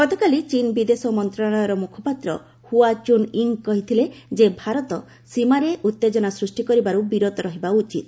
ଗତକାଲି ଚୀନ ବିଦେଶ ମନ୍ତ୍ରଣାଳୟର ମୁଖପାତ୍ର ହୁଆ ଚୁନୟିଙ୍ଗ କହିଥିଲେ ଯେ ଭାରତ ସୀମାରେ ଉତ୍ତେଜନା ସୃଷ୍ଟି କରିବାରୁ ବିରତ ରହିବା ଉଚିତ